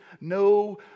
no